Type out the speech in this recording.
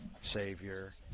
savior